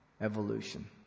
evolution